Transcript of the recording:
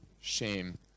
shame